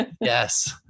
Yes